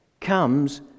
comes